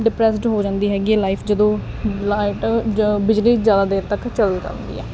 depressed ਹੋ ਜਾਂਦੀ ਹੈਗੀ ਲਾਈਫ ਜਦੋਂ ਲਾਈਟ ਬਿਜਲੀ ਜਿਆਦਾ ਦੇਰ ਤੱਕ ਚੱਲ ਜਾਂਦੀ ਐ